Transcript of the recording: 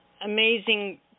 amazing